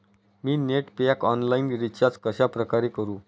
मी net pack online recharge कशाप्रकारे करु?